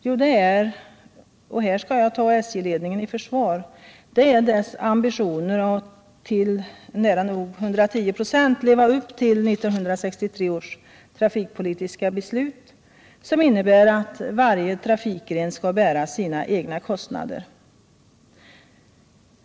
Jo, det är — och här skall jag ta SJ-ledningen i försvar — dess ambitioner att till nära nog 110 96 leva upp till 1963 års trafikpolitiska beslut, som innebär att varje trafikgren skall bära sina egna kostnader.